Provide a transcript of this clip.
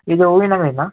ಇದು ಹೂವಿನ್ ಅಂಗಡಿನಾ